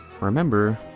remember